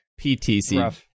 PTC